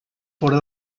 fora